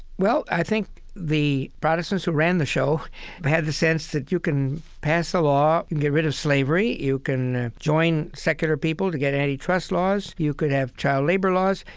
well, i think the protestants who ran the show had the sense that you can pass a law and get rid of slavery, you can join secular people to get antitrust antitrust laws, you could have child labor laws.